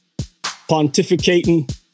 pontificating